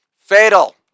fatal